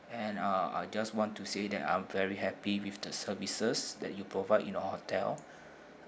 and uh I just want to say that I'm very happy with the services that you provide in the hotel